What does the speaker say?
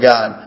God